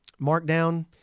Markdown